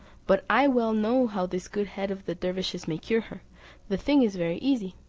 but i well know how this good head of the dervises may cure her the thing is very easy,